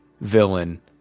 villain